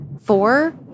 four